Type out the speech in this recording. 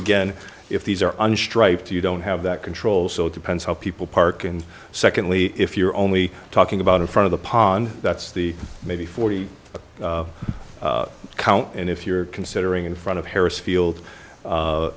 again if these are on striped you don't have that control so it depends how people park and secondly if you're only talking about in front of the pond that's the maybe forty count and if you're considering in front of